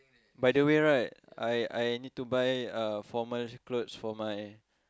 by the way right I I need to buy uh formal clothes for my